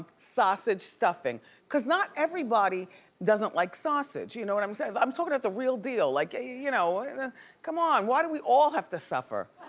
sausage stuffing cause not everybody doesn't like sausage, you know what i'm saying? i'm talking about the real deal. like ah you know and and come on, why do we all have to suffer?